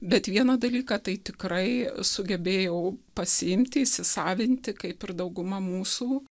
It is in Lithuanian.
bet vieną dalyką tai tikrai sugebėjau pasiimti įsisavinti kaip ir dauguma mūsų